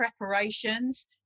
preparations